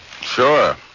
Sure